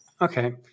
Okay